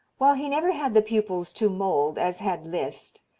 while he never had the pupils to mould as had liszt,